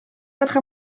votre